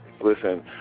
Listen